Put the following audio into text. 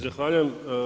Zahvaljujem.